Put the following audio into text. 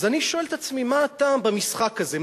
אז אני שואל את עצמי מה הטעם במשחק הזה,